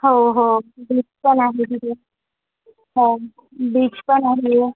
हो हो बीच पण आहे तिथे हो बीच पण आहे